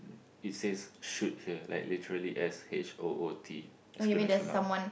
it says shoot here like literally S H O O T exclamation mark